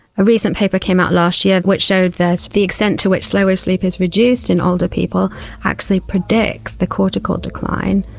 a recent paper came out last year which showed that the extent to which slow wave sleep is reduced in older people actually predicts the cortical decline.